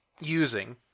using